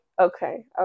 Okay